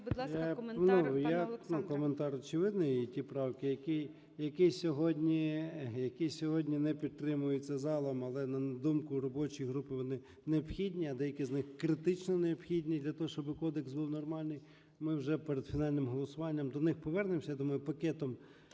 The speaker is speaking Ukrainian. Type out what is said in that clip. будь ласка, коментар пане Олександре. 13:15:25 ЧЕРНЕНКО О.М. Ну, коментар очевидний, і ті правки, які сьогодні не підтримуються залом, але на думку робочої групи, вони необхідні, а деякі з них критично необхідні для того, щоби кодекс був нормальний, ми вже перед фінальним голосуванням до них повернемося, я думаю, пакетом